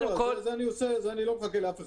את זה אני עושה, אני לא מחכה לאף אחד.